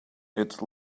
its